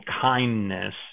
kindness